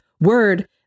word